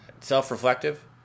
self-reflective